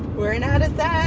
we're in addison.